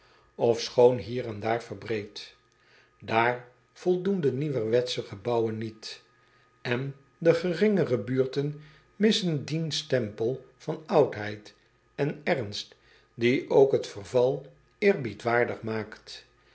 potlood eel en daar verbreed aar voldoen de nieuwerwetsche gebouwen niet n de geringere buurten missen dien stempel van oudheid en ernst die ook het verval eerbiedwaardig